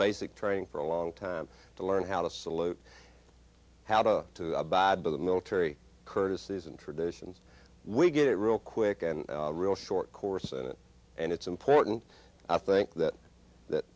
basic training for a long time to learn how to salute how to abide by the military courtesies and traditions we get real quick and real short course in it and it's important i think that that